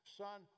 son